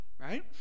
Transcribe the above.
right